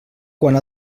quant